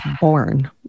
born